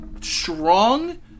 strong